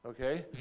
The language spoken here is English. okay